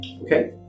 okay